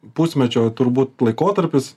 pusmečio turbūt laikotarpis